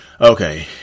okay